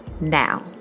now